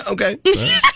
Okay